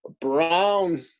Brown